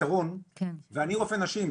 בפתרון ואני רופא נשים,